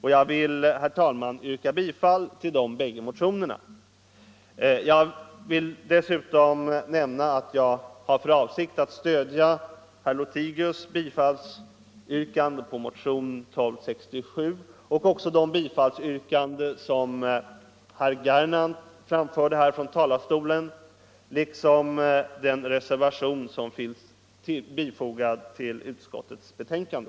Jag ber, herr talman, att få yrka bifall till de bägge motionerna. Jag vill dessutom nämna att jag har för avsikt att stödja herr Lothigius yrkande om bifall till motionen 1267 och de bifallsyrkanden som herr Gernandt framställde från talarstolen liksom den reservation som finns fogad till utskottets betänkande.